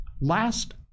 Last